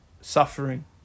suffering